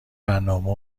برنامه